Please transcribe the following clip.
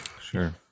Sure